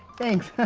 thanks.